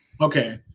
Okay